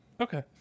Okay